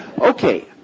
Okay